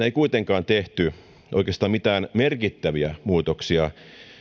ei kuitenkaan tehty oikeastaan mitään merkittäviä muutoksia